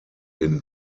den